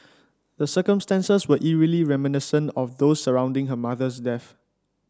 the circumstances were eerily reminiscent of those surrounding her mother's death